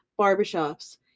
barbershops